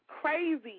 crazy